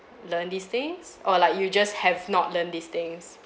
learn these things or like you just have not learn these things